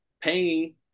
paying